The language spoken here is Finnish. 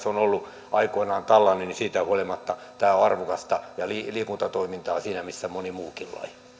on ollut aikoinaan tällainen niin siitä huolimatta agility on arvokasta liikuntatoimintaa siinä missä moni muukin